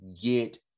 get